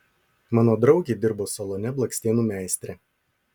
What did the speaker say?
mano draugė dirbo salone blakstienų meistre